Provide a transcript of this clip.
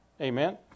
Amen